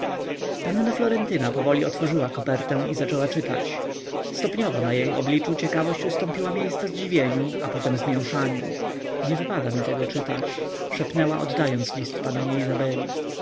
przyjmę jej bazgraninę panna florentyna powoli otworzyła kopertę i zaczęła czytać stopniowo na jej obliczu ciekawość ustąpiła miejsca zdziwieniu a potem zmięszaniu nie wypada mi tego czytać szepnęła oddając list pannie